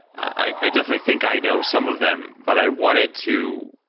i i definitely think i know some of them, but i wanted to